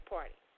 Party